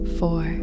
four